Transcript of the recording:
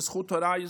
בזכות הוריי,